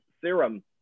serum